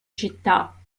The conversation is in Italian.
città